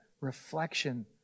reflection